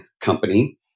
company